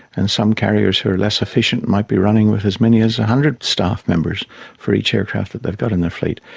and some carriers who are less efficient might be running with as many as one ah hundred staff members for each aircraft that they've got in their fleet.